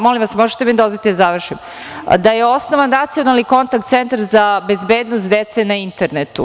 Molim vas, možete li mi dozvoliti da završim? … da je osnovan Nacionalni kontakt centar za bezbednost dece na internetu.